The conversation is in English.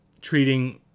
treating